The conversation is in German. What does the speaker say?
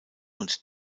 und